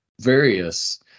various